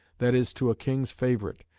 that is, to a king's favourite,